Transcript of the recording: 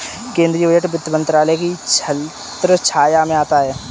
केंद्रीय बजट वित्त मंत्रालय की छत्रछाया में आता है